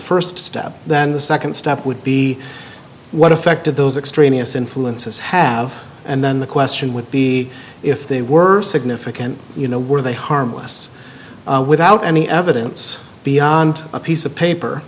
first step then the second step would be what affected those extremists influences have and then the question would be if they were significant you know were they harmless without any evidence beyond a piece of